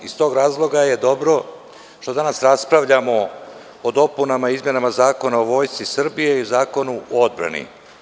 Iz tog razloga je dobro što danas raspravljamo o dopunama i izmenama Zakona o Vojsci Srbije i Zakonu o odbrani.